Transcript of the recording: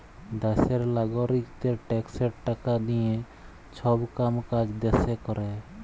দ্যাশের লাগারিকদের ট্যাক্সের টাকা দিঁয়ে ছব কাম কাজ দ্যাশে ক্যরে